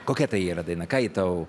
kokia tai yra daina ką ji tau